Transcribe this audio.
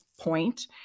point